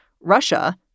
Russia